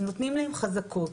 נותנים להם חזקות.